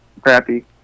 crappy